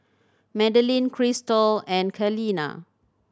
Madaline Christal and Kaleena